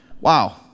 wow